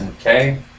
Okay